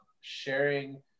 sharing